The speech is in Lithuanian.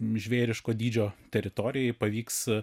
žvėriško dydžio teritorijoj pavyks